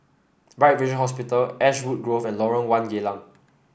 Bright Vision Hospital Ashwood Grove and Lorong One Geylang